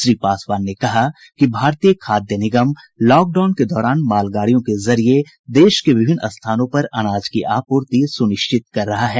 श्री पासवान ने कहा कि भारतीय खाद्य निगम पूर्णबंदी के दौरान मालगाड़ियों के जरिए देश के विभिन्न स्थानों पर अनाज की आपूर्ति सुनिश्चित कर रहा है